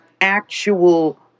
actual